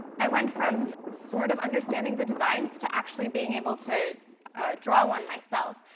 i went from sort of understanding the designs to actually being able to draw one myself,